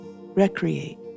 recreate